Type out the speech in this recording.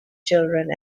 children